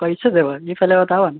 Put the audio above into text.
कैसे देबय ई पहिले बताबऽ